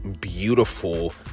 beautiful